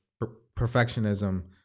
perfectionism